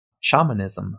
shamanism